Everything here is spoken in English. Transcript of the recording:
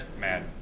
Mad